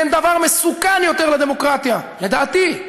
אין דבר מסוכן יותר לדמוקרטיה, לדעתי,